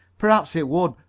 perhaps it would.